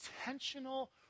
intentional